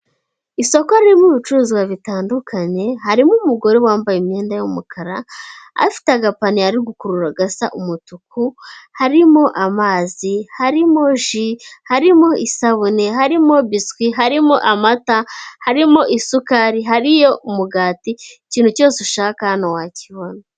Isoko ririmo ibicuruzwa bitandukanye harimo umugore wambaye imyenda y'umukara afite agapaniye ari gukurura gasa umutuku, harimo amazi harimo ji, harimo isabune, harimo biswi, harimo amata, harimo isukari, hariyo umugati, ikintu cyose ushaka hano wakibona.